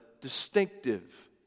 distinctive